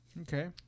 Okay